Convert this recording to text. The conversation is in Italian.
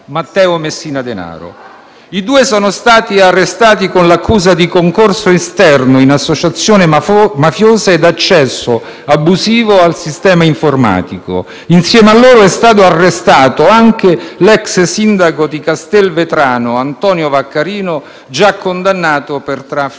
Matteo Messina Denaro. I due sono stati arrestati con l'accusa di concorso esterno in associazione mafiosa ed accesso abusivo al sistema informatico. Insieme a loro è stato arrestato anche l'ex sindaco di Castelvetrano, Antonio Vaccarino, già condannato per traffico